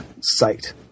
site